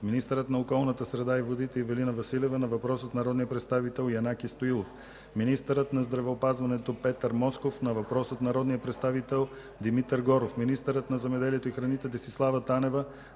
министърът на околната среда и водите Ивелина Василева – на въпрос от народния представител Янаки Стоилов; - министърът на здравеопазването Петър Москов – на въпрос от народния представител Димитър Горов; - министърът на земеделието и храните Десислава Танева